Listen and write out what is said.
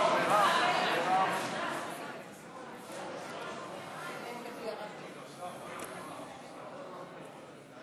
השיתופיות (מספר בתי אב ביישוב קהילתי),